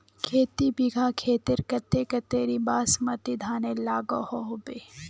खेती बिगहा खेतेर केते कतेरी बासमती धानेर लागोहो होबे?